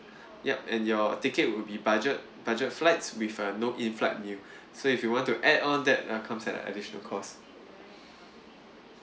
yup and your ticket will be budget budget flights with a no inflight meal so if you want to add on that uh comes at an additional cost